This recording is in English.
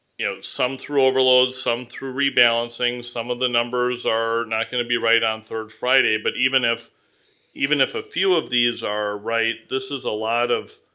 yeah some through overloads, some through rebalancings, some of the numbers are not gonna be right on third friday, but even if even if a few of these are right, this is a lot of